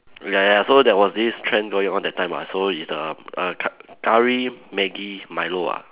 ya ya so there was this trend going on that time ah so it's the err cu~ curry Maggi Milo ah